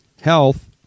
health